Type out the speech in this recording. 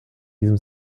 diesem